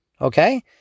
okay